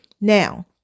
Now